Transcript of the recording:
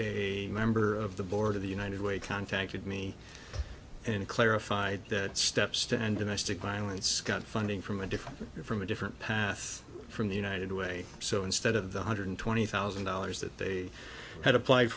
a member of the board of the united way contacted me and clarified that steps to end domestic violence got funding from a different from a different path from the united way so instead of the hundred twenty thousand dollars that they had applied